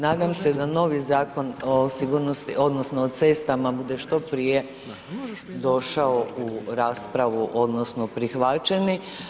Nadam se da novi Zakona o sigurnosti odnosno o cestama bude što prije došao u raspravo odnosno prihvaćeni.